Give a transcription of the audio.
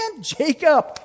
Jacob